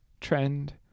trend